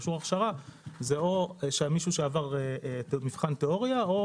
אישור הכשרה זה או מבחן תיאוריה או